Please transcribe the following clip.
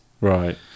right